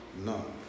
No